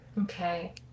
Okay